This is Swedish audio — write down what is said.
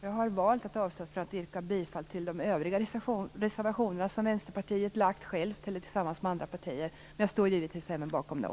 Jag har valt att avstå från att yrka bifall till de övriga reservationer som Vänsterpartiet väckt ensamt eller tillsammans med andra partier, men jag står givetvis även bakom dem.